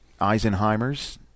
Eisenheimers